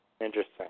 Interesting